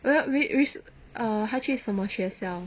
where which which err 她去什么学校